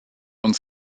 uns